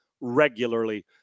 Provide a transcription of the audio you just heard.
regularly